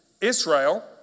Israel